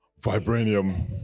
Vibranium